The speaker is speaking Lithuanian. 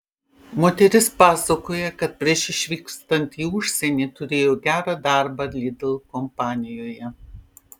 moteris pasakoja kad prieš išvykstant į užsienį turėjo gerą darbą lidl kompanijoje